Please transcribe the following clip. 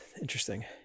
Interesting